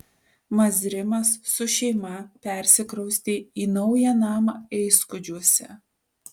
mazrimas su šeima persikraustė į naują namą eiskudžiuose